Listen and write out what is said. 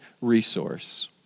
resource